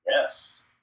yes